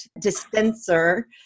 dispenser